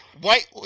White